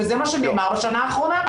וזה מה שנאמר בשנה האחרונה.